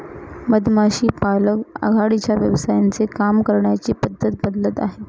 मधमाशी पालक आघाडीच्या व्यवसायांचे काम करण्याची पद्धत बदलत आहे